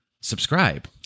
Subscribe